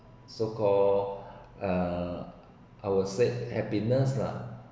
so called uh I will say happiness lah